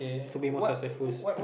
to be more successful